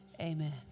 Amen